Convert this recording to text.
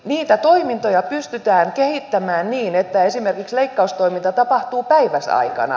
niitä toimintoja pystytään kehittämään niin että esimerkiksi leikkaustoiminta tapahtuu päiväsaikana